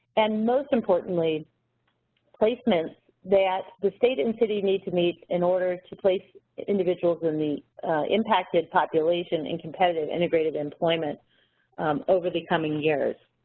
and most importantly placements that the state and city need to meet in order to place individuals in the impacted population and competitive integrated employment over the coming years.